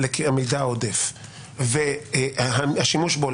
המידע העודף והשימוש בו.